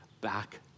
back